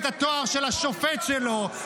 את התואר של השופט שלו,